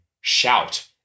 shout